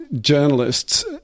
journalists